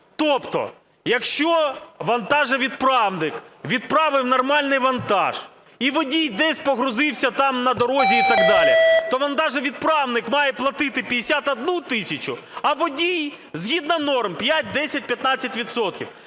Тобто, якщо вантажовідправник відправив нормальний вантаж, і водій десь погрузився там на дорозі і так далі, то вантажовідправник має платити 51 тисячу, а водій, згідно норм, 5, 10, 15